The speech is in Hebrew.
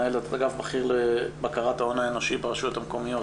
מנהלת אגף בכיר לבקרת ההון האנושי ברשויות המקומיות.